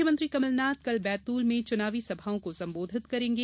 मुख्यमंत्री कमलनाथ कल बैतूल में चुनावी सभाओं को संबोधित करेंगे